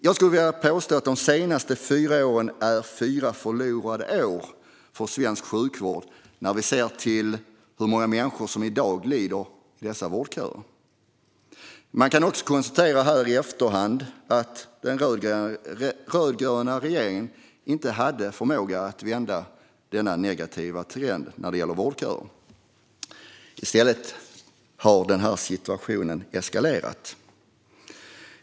Jag skulle vilja påstå att de senaste fyra åren är fyra förlorade år för svensk sjukvård om man ser till hur många människor som i dag lider i dessa vårdköer. Man kan konstatera nu i efterhand att den rödgröna regeringen inte hade förmåga att vända den negativa trenden när det gäller vårdköer. I stället har situationen eskalerat.